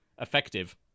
effective